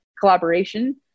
collaboration